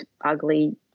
ugly